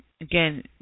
again